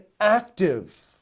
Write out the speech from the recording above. active